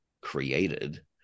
created